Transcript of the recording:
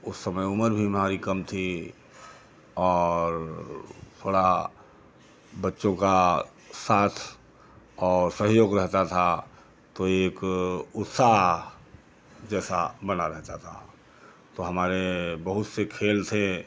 उस समय उम्र भी हमारी कम थी और थोड़ा बच्चों का साथ और सहयोग रहता था तो एक उत्साह जैसा बना रहता था तो हमारे बहुत से खेल से